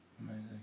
amazing